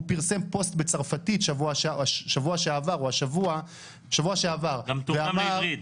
הוא פרסם פוסט בצרפתית בשבוע שעבר --- שגם תורגם לעברית.